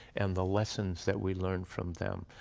and the lessons that we learned from them,